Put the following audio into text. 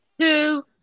two